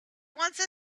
once